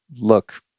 look